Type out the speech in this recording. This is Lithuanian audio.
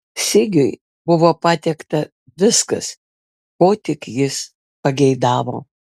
sigiui buvo patiekta viskas ko tik jis pageidavo